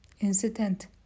Incident